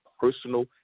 personal